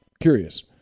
Curious